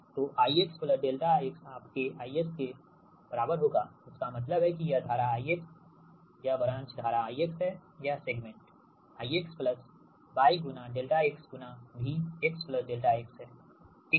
तो I x∆x आपके I के बराबर होगा इसका मतलब है कि यह धारा I यह ब्रांच धारा I हैयह सेगमेंट I y ∆x गुना V x∆x है ठीक है